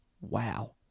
Wow